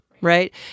right